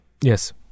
yes